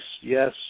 yes